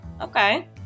Okay